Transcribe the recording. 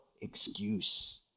excuse